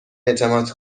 اعتماد